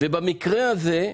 במקרה הזה,